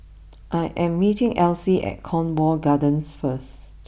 I am meeting Alcie at Cornwall Gardens first